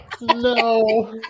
no